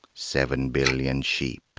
seven billion sheep,